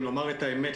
אם לומר את האמת,